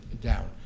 down